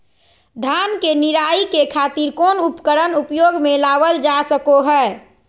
धान के निराई के खातिर कौन उपकरण उपयोग मे लावल जा सको हय?